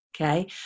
Okay